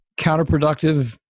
counterproductive